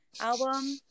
album